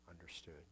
understood